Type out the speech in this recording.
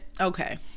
okay